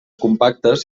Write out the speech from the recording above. compactes